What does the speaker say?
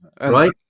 right